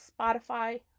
Spotify